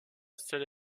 seule